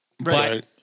Right